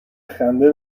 خنده